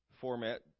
format